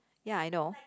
ya I know